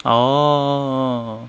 orh